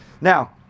Now